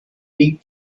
need